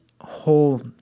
whole